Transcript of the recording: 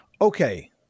Okay